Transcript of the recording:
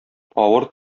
авыр